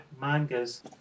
mangas